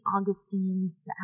Augustine's